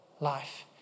life